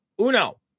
uno